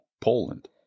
Poland